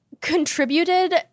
contributed